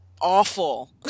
awful